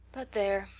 but there,